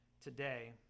today